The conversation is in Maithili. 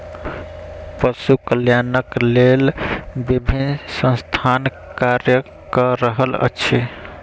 पशु कल्याणक लेल विभिन्न संस्थान कार्य क रहल अछि